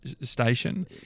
station